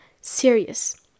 serious